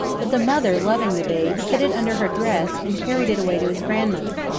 but the mother, loving the babe, hid it under her dress and carried it away to its grandmother.